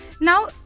now